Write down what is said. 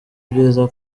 byiza